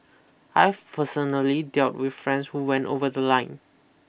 I've personally dealt with friends who went over the line